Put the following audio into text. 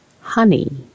honey